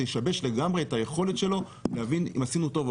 זה ישבש לגמרי את היכולת שלו להבין אם עשינו טוב או